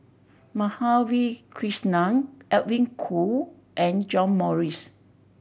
Madhavi Krishnan Edwin Koo and John Morrice